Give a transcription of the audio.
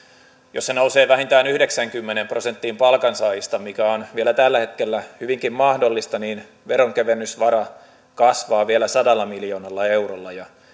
jos se nousee vähintään yhdeksäänkymmeneen prosenttiin palkansaajista mikä on vielä tällä hetkellä hyvinkin mahdollista niin veronkevennysvara kasvaa vielä sadalla miljoonalla eurolla ja